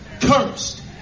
cursed